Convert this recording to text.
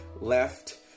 left